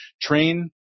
train